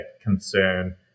concern